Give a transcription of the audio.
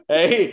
Hey